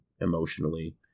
emotionally